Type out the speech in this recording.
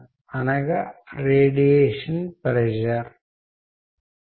మీరు చూస్తున్నట్టుగా మనం సాఫ్ట్ స్కిల్స్ యొక్క త్వరిత నిర్వచనం కోసం వెళ్ళవచ్చు